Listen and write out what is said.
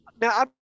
now